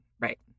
Right